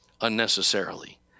unnecessarily